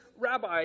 Rabbi